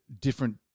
Different